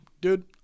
Dude